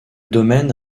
domaine